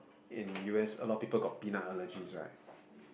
in U_S a lot of people got peanut allergies right